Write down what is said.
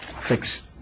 fix